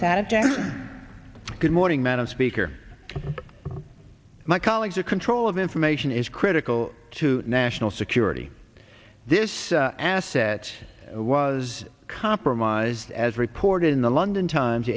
general good morning madam speaker my colleagues are control of information is critical to national security this asset was compromised as reported in the london times